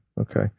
okay